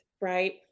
right